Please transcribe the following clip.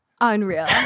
Unreal